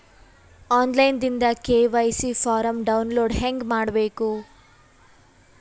On line ದಿಂದ KYC form download ಹೇಂಗ ಮಾಡಬೇಕು?